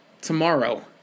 tomorrow